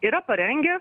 yra parengę